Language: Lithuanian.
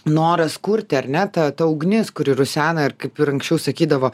noras kurti ar ne ta ta ugnis kuri rusena ir kaip ir anksčiau sakydavo